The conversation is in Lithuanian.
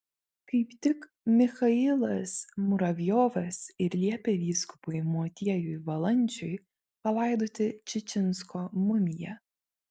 kaip tik michailas muravjovas ir liepė vyskupui motiejui valančiui palaidoti čičinsko mumiją